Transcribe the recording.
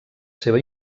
seva